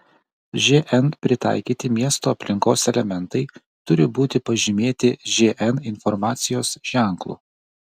žn pritaikyti miesto aplinkos elementai turi būti pažymėti žn informacijos ženklu